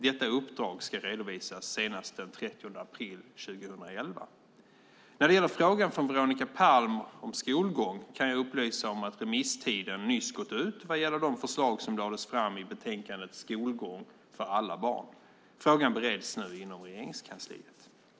Detta uppdrag ska redovisas senast den 30 april 2011. När det gäller frågan från Veronica Palm om skolgång kan jag upplysa om att remisstiden nyss gått ut vad gäller de förslag som lades fram i betänkandet Skolgång för alla barn . Frågan bereds nu inom Regeringskansliet.